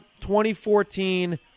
2014